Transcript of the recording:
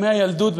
ימי הילדות,